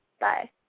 Bye